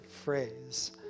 phrase